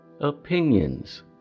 opinions